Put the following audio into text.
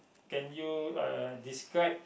can you uh describe